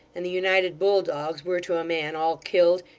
and the united bulldogs were to a man all killed,